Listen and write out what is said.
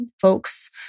folks